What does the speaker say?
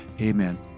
Amen